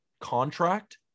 contract